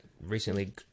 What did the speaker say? recently